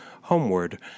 homeward